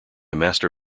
master